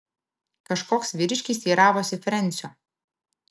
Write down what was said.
kažkoks vyriškis teiravosi frensio